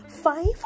Five